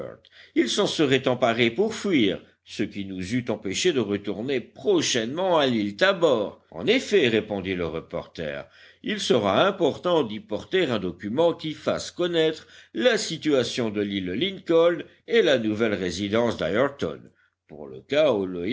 ils s'en seraient emparés pour fuir ce qui nous eût empêchés de retourner prochainement à l'île tabor en effet répondit le reporter il sera important d'y porter un document qui fasse connaître la situation de l'île lincoln et la nouvelle résidence d'ayrton pour le cas où le